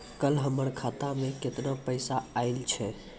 कल हमर खाता मैं केतना पैसा आइल छै?